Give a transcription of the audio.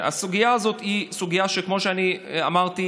הסוגיה הזאת היא סוגיה שכמו שאמרתי,